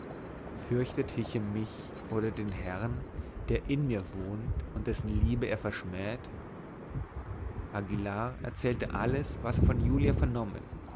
fürchtet hichem mich oder den herrn der in mir wohnt und dessen liebe er verschmäht aguillar erzählte alles was er von julia vernommen